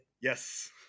Yes